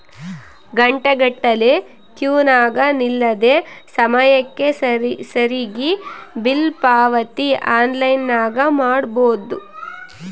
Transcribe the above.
ಘಂಟೆಗಟ್ಟಲೆ ಕ್ಯೂನಗ ನಿಲ್ಲದೆ ಸಮಯಕ್ಕೆ ಸರಿಗಿ ಬಿಲ್ ಪಾವತಿ ಆನ್ಲೈನ್ನಾಗ ಮಾಡಬೊದು